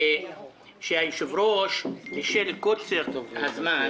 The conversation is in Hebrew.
שהיושב-ראש בשל קוצר הזמן,